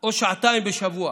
או שעתיים בשבוע,